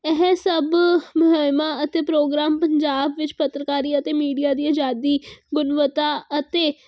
ਇਹ ਸਭ ਮੁਹਿੰਮਾ ਅਤੇ ਪ੍ਰੋਗਰਾਮ ਪੰਜਾਬ ਵਿੱਚ ਪੱਤਰਕਾਰੀ ਅਤੇ ਮੀਡੀਆ ਦੀ ਆਜ਼ਾਦੀ ਗੁਣਵੱਤਾ ਅਤੇ